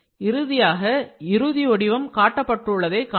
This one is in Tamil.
இறுதியாக இறுதி வடிவம் காட்டப்பட்டுள்ளதை காணலாம்